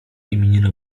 imieniny